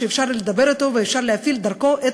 שאפשר לדבר אתו ואפשר להפעיל דרכו את